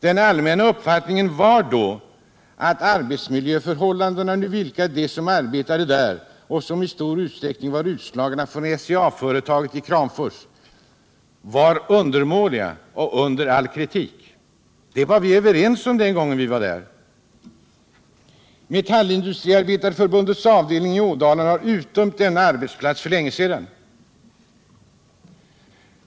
Den allmänna uppfattningen var då att arbetsmiljöförhållandena för dem som arbetade där — och som i stor utsträckning var utslagna från SCA-företaget i Kramfors — var undermåliga och under all kritik. Det var vi överens om när vi var där. Metallindustriarbetareförbundets avdelning i Ådalen har utdömt denna arbetsplats för länge sedan.